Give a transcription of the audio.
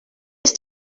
ist